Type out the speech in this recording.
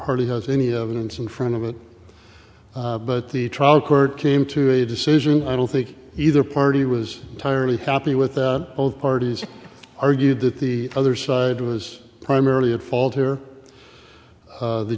hardly has any evidence in front of it but the trial court came to a decision i don't think either party was entirely happy with that both parties argued that the other side was primarily at fault here